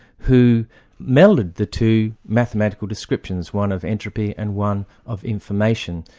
who melded the two mathematical descriptions, one of entropy and one of information,